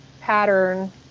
pattern